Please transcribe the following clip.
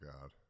God